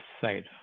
side